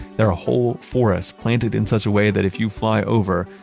there are whole forests planted in such a way that if you fly over,